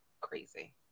crazy